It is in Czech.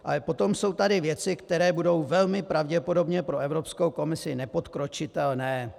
Ale potom jsou tady věci, které budou velmi pravděpodobně pro Evropskou komisi nepodkročitelné.